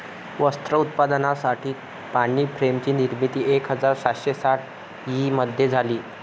वस्त्र उत्पादनासाठी पाणी फ्रेम ची निर्मिती एक हजार सातशे साठ ई मध्ये झाली